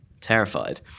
terrified